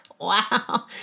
Wow